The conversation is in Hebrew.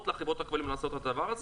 על חברות הכבלים לא לעשות את הדבר הזה.